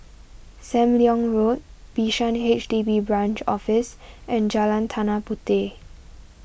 Sam Leong Road Bishan H D B Branch Office and Jalan Tanah Puteh